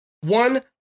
One